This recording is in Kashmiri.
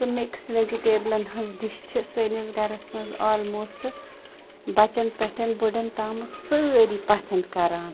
سُہ مِکس وٮ۪جِٹیبلَن ہٕنٛز ڈِش چھِ سٲنِس گَرَس منٛز آلموسٹ بَچَن پٮ۪ٹھَ بٕڑَن تامَتھ سٲری پَسَنٛد کَران